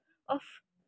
of